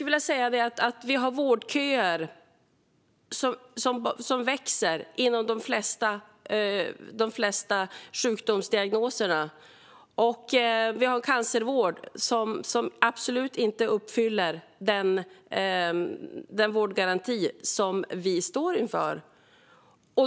Vi har vårdköer som växer för de flesta sjukdomsdiagnoser, och vi har en cancervård som absolut inte uppfyller den vårdgaranti som vi står inför.